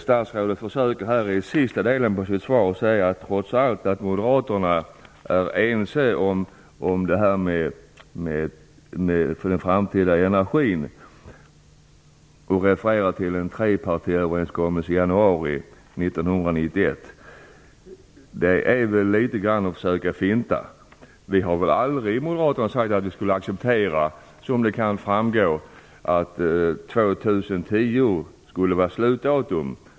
Statsrådet försöker i sista delen av svaret säga att moderaterna trots allt är ense med övriga partier om den framtida energin. Statsrådet refererar till en trepartiöverenskommelse i januari 1991. Det är väl ändå att försöka finta litet grand. Vi i Moderaterna har väl aldrig sagt att vi accepterar att 2010 skulle vara slutdatum.